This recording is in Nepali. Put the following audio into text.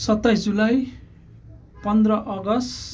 सत्ताइस जुलाई पन्ध्र अगस्ट